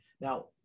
Now